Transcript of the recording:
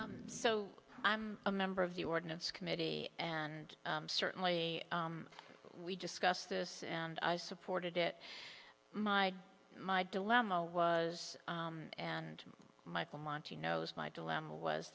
or so i'm a member of the ordinance committee and certainly we discussed this and i supported it my my dilemma was and michael monte knows my dilemma was